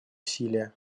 усилия